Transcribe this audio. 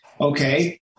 Okay